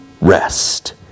rest